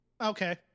Okay